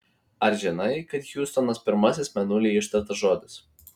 ar žinai kad hjustonas pirmasis mėnulyje ištartas žodis